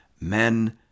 Men